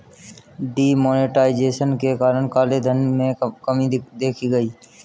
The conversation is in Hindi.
डी मोनेटाइजेशन के कारण काले धन में कमी देखी गई